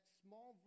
small